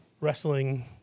wrestling